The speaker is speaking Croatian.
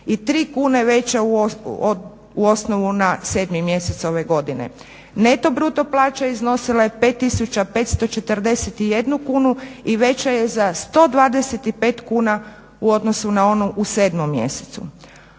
183 kune veća u osnovu na 7 mjesece ove godine. Neto, bruto plaća iznosila je 5541 kunu i veća je za 125 kuna u odnosu na onu u 7 mjesecu.